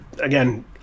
again